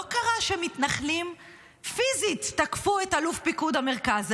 לא קרה שמתנחלים תקפו פיזית את אלוף פיקוד המרכז,